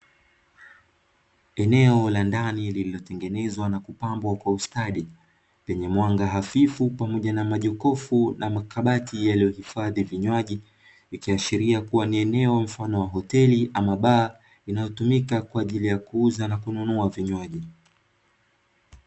Eneo la ndani lililotengenezwa na kupambwa kwa ustadi, lenye mwanga hafifu pamoja na majokofu na makabati yaliyohifadhi vinywaji, ikiashiria kuwa ni eneo mfano wa hoteli au baa, inayotumika kwa ajili ya kuuza au kununua vinywaji.